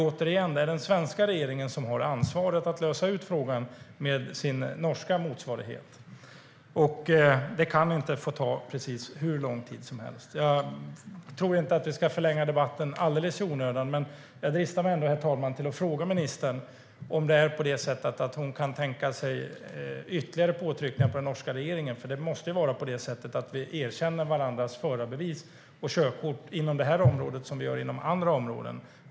Återigen: Det är den svenska regeringen som har ansvaret att lösa frågan med sin norska motsvarighet. Det kan inte få ta precis hur lång tid som helst. Jag tror inte att vi ska förlänga debatten alldeles i onödan, men jag dristar mig ändå, herr talman, till att fråga ministern om hon kan tänka sig ytterligare påtryckningar på den norska regeringen. Det måste vara på det sättet att vi erkänner varandras förarbevis och körkort inom det här området, som vi gör inom andra områden.